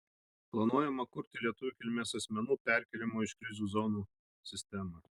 planuojama kurti lietuvių kilmės asmenų perkėlimo iš krizių zonų sistemą